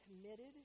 committed